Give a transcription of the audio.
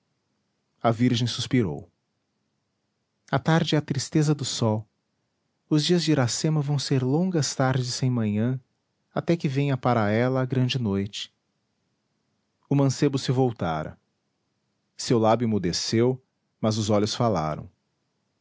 a virgem suspirou a tarde é a tristeza do sol os dias de iracema vão ser longas tardes sem manhã até que venha para ela a grande noite o mancebo se voltara seu lábio emudeceu mas os olhos falaram